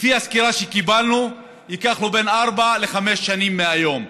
לפי הסקירה שקיבלנו זה ייקח לו בין ארבע לחמש שנים מהיום.